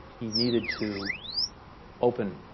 he needed to open